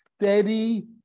steady